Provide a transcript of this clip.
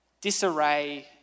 disarray